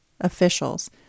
officials